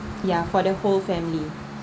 uh for the whole family